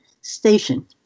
station